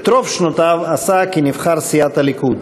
את רוב שנותיו עשה כנבחר סיעת הליכוד.